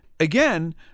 Again